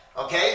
Okay